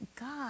God